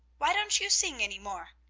why don't you sing any more?